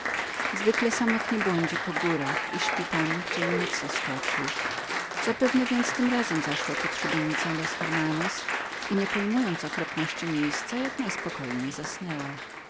zwykle samotnie błądzi po górach i spi tam gdzie ją noc zaskoczy zapewne więc tym razem zaszła pod szubienicę los hermanos i nie pojmując okropności miejsca jak najspokojniej zasnęła